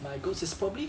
my goals is probably